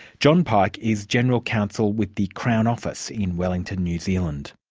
john pike is general counsel with the crown office in wellington, new zealand.